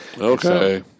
Okay